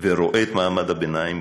ורואה את מעמד הביניים,